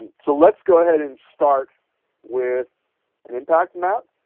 so let's go ahead and start with an impact map.